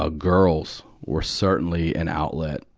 ah girls were certainly an outlet.